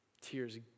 tears